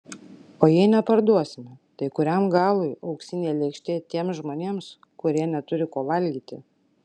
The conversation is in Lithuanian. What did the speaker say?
o jei neparduosime tai kuriam galui auksinė lėkštė tiems žmonėms kurie neturi ko valgyti